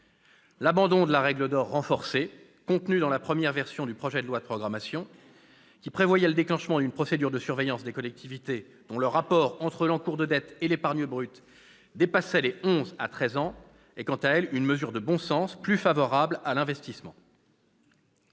L'abandon de la « règle d'or renforcée » contenue dans la première version du projet de loi de programmation, qui prévoyait le déclenchement d'une procédure de surveillance des collectivités dont le rapport entre l'encours de dette et l'épargne brute dépassait les onze à treize ans, est quant à elle une mesure de bon sens, plus favorable à l'investissement.